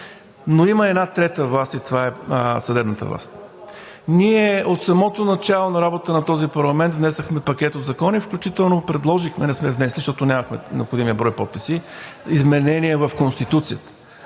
Но има една трета власт и това е съдебната власт. Ние от самото начало на работа на този парламент внесохме пакет от закони, включително предложихме, не сме внесли, защото нямахме необходимия брой подписи, изменения в Конституцията.